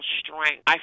strength